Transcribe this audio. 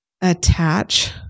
attach